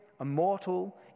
immortal